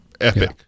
Epic